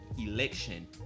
election